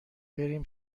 بریم